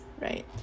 right